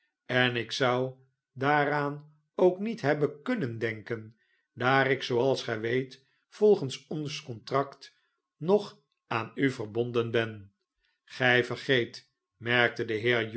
en ik zou daaraan ook niet hebben kunnen denken daar ik zooals gij weet volgens ons contract nog aan u verbonden ben gij vergeet merkte de heer